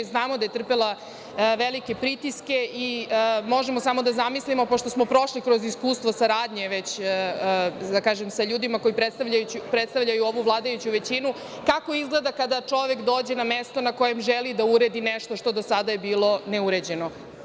Znamo da je trpela velike pritiske i možemo samo da zamislimo, pošto smo prošli kroz iskustvo saradnje već sa ljudima koji predstavljaju ovu vladajuću većinu, kako izgleda kada čovek dođe na mesto na kojem želi da uredi nešto što je do sada bilo neuređeno.